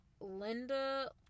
linda